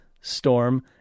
Storm